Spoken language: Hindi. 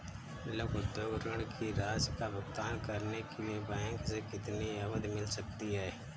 लघु उद्योग ऋण की राशि का भुगतान करने के लिए बैंक से कितनी अवधि मिल सकती है?